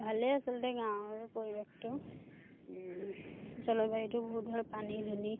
ভালেই আচলতে গাঁৱৰ পৰিৱেশটো জলবায়ুটো বহুত ভাল পানী দুনী